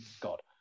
god